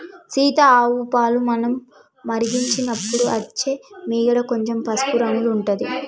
సీత ఆవు పాలు మనం మరిగించినపుడు అచ్చే మీగడ కొంచెం పసుపు రంగుల ఉంటది